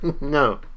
no